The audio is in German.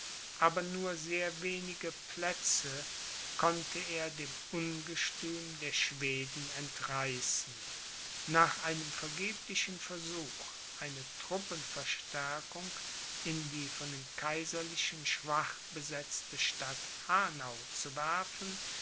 aber nur sehr wenige plätze konnte er dem ungestüm der schweden entreißen nach einem vergeblichen versuch eine truppenverstärkung in die von den kaiserlichen schwach besetzte stadt hanau zu werfen